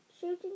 shooting